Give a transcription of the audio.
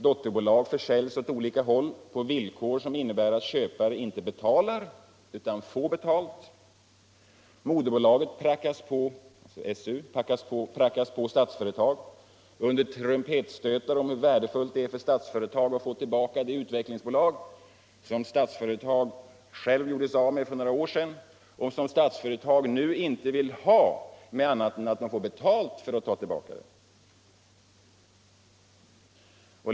Dotterbolag försäljs åt olika håll på villkor som innebär att köparen inte betalar utan får betalt. Moderbolaget, Svenska Utvecklingsaktiebolaget, prackas på Statsföretag under trumpetstötar om hur värdefullt det är för Statsföretag att få tillbaka det utvecklingsakticbolag som Statsföretag självt gjorde sig av med för några år sedan och som Statsföretag nu inte vill ha annat än om Statsföretag får betalt för att ta tillbaka det.